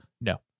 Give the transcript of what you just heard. No